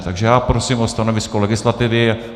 Takže prosím o stanovisko legislativy.